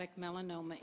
melanoma